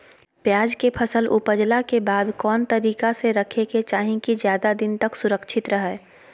प्याज के फसल ऊपजला के बाद कौन तरीका से रखे के चाही की ज्यादा दिन तक सुरक्षित रहय?